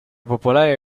popolare